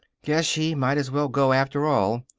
guess she might's well go, after all.